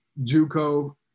JUCO